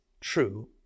true